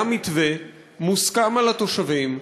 היה מתווה מוסכם על התושבים.